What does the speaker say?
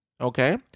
Okay